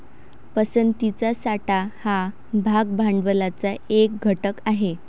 पसंतीचा साठा हा भाग भांडवलाचा एक घटक आहे